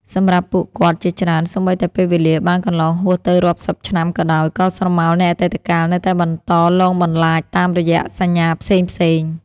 សម្រាប់ពួកគាត់ជាច្រើន សូម្បីតែពេលវេលាបានកន្លងហួសទៅរាប់សិបឆ្នាំក៏ដោយ ក៏ស្រមោលនៃអតីតកាលនៅតែបន្តលងបន្លាចតាមរយៈសញ្ញាផ្សេងៗ។